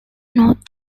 north